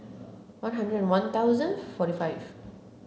one hundred and one thousand forty five